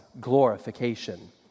glorification